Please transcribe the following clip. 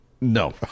No